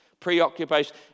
preoccupation